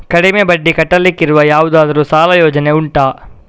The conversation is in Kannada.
ಕಡಿಮೆ ಬಡ್ಡಿ ಕಟ್ಟಲಿಕ್ಕಿರುವ ಯಾವುದಾದರೂ ಸಾಲ ಯೋಜನೆ ಉಂಟಾ